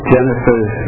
Genesis